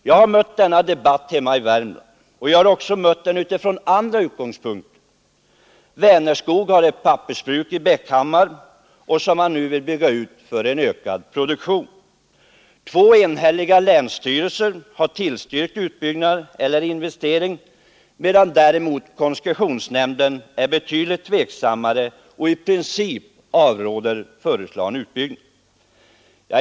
Jag har mött denna debatt hemma i Värmland, och jag har också mött den utifrån andra utgångspunkter. Vänerskog har ett pappersbruk i Bäckhammar som man nu vill bygga ut för en ökad produktion. Två enhälliga länsstyrelser har tillstyrkt utbyggnad eller investering, medan däremot koncessionsnämnden är betydligt tveksammare och i princip avstyrker den föreslagna utbyggnaden.